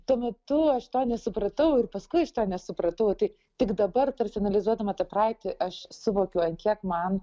tuo metu aš to nesupratau ir paskui aš to nesupratau tai tik dabar tarsi analizuodama tą praeitį aš suvokiu ant kiek man